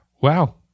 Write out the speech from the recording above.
Wow